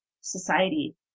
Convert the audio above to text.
society